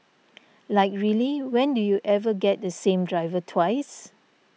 like really when do you ever get the same driver twice